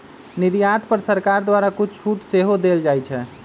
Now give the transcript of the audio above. निर्यात पर सरकार द्वारा कुछ छूट सेहो देल जाइ छै